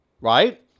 right